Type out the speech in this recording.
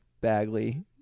Bagley-